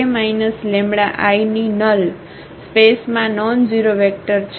ની નલ સ્પેસમાં નોનઝેરોવેક્ટર છે